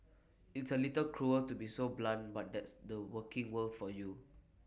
it's A little cruel to be so blunt but that's the working world for you